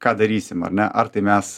ką darysim ar ne ar tai mes